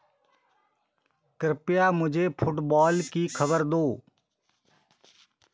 कृपया मुझे फुटबॉल की खबर दो